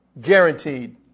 Guaranteed